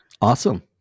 Awesome